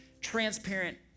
transparent